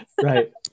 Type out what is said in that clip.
Right